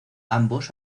ambos